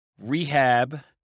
rehab